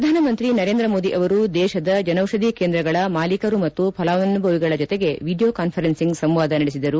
ಪ್ರಧಾನಮಂತ್ರಿ ನರೇಂದ್ರ ಮೋದಿ ಅವರು ದೇಶದ ಜನೌಷಧಿ ಕೇಂದ್ರಗಳ ಮಾಲೀಕರು ಮತ್ತು ಫಲಾನುಭವಿಗಳ ಜೊತೆಗೆ ವಿಡಿಯೋ ಕಾನ್ವರೆನ್ಸಿಂಗ್ ಸಂವಾದ ನಡೆಸಿದರು